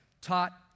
taught